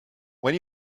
when